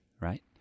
right